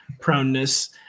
proneness